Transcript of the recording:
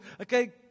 okay